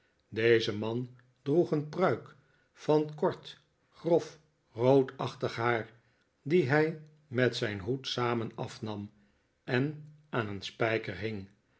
deze man droeg een pruik van kort grof roodachtig haar die hij met zijn hoed samen afnam en aan een spijker hing